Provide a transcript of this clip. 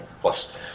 plus